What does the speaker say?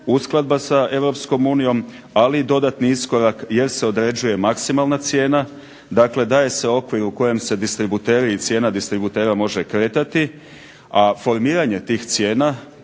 Europskom unijom ali i dodatni iskorak jer se određuje maksimalna cijena. Dakle, daje se okvir u kojem se distributeri i cijena distributera može kretati, a formiranje tih cijena,